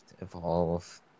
evolve